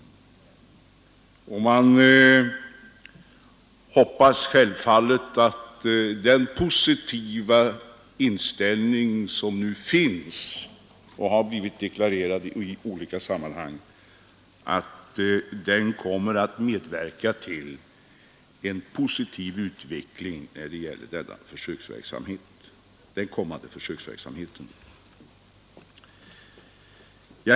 Man hoppas självfallet att den positiva inställning som här har blivit deklarerad skall kunna medverka till en positiv utveckling för den kommande försöksverksamheten.